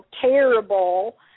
terrible